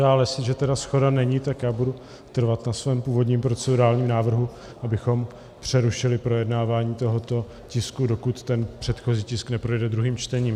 Ale jestliže tedy shoda není, tak budu trvat na svém původním procedurálním návrhu, abychom přerušili projednávání tohoto tisku, dokud ten předchozí tisk neprojde druhým čtením.